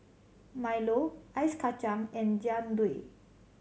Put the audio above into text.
milo Ice Kachang and Jian Dui